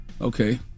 Okay